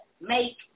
make